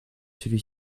celui